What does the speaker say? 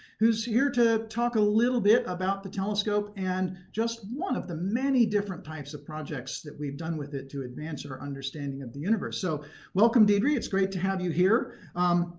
who's here to talk a little bit about the telescope and just one of the many different types of projects that we've done with it to advance our understanding of the universe. so welcome deidre. it's great to have you here.